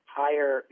higher